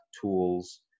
tools